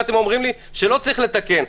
ואתם אומרים לי שלא צריך לתקן.